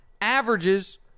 Averages